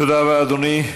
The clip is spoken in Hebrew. תודה רבה, אדוני.